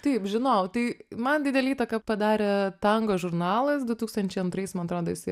taip žinojau tai man didelę įtaką padarė tango žurnalas du tūkstančiai antrais man atrodo jisai